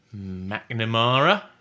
McNamara